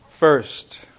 First